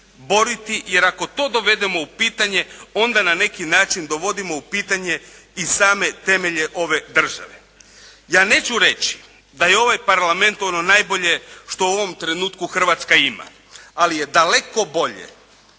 boriti jer ako to dovedemo u pitanje onda na neki način dovodimo u pitanje i same temelje ove države. Ja neću reći da je ovaj Parlament ono najbolje što u ovom trenutku Hrvatska ima, ali je daleko bolje